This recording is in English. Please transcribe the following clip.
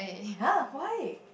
[huh] why